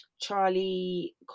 Charlie